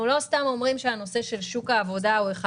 אנחנו לא סתם אומרים שנושא שוק העבודה הוא אחד